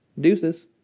deuces